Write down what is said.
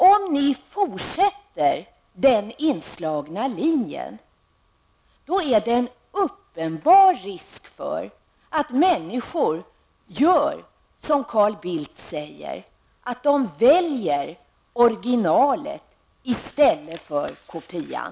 Om ni fortsätter på den inslagna vägen finns det en uppenbar risk för att människor gör som Carl Bildt säger -- de väljer originalet i stället för kopian.